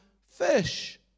fish